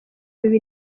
bibiri